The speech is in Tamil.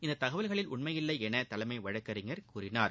இந்தத் தகவல்களில் உண்மையில்லை என தலைமை வழக்கறிஞர் கூறினார்